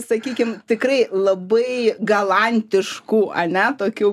sakykim tikrai labai galantiškų ane tokių